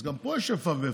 אז גם פה יש איפה ואיפה,